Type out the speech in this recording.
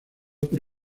por